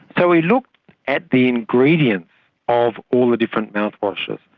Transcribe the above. so we looked at the ingredients of all the different mouthwashes.